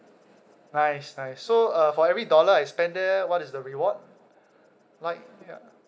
nice nice so uh for every dollar I spend there what is the reward like ya